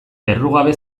errugabe